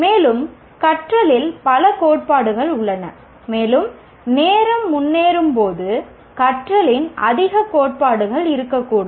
மேலும் கற்றலில் பல கோட்பாடுகள் உள்ளன மேலும் நேரம் முன்னேறும்போது கற்றலின் அதிக கோட்பாடுகள் இருக்கக்கூடும்